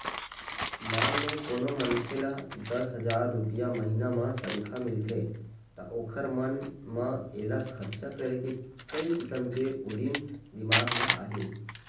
मान लो कोनो मनखे ल दस हजार रूपिया महिना म तनखा मिलथे त ओखर मन म एला खरचा करे के कइ किसम के उदिम दिमाक म आही